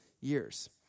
years